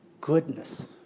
goodness